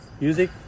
Music